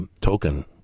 token